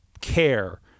care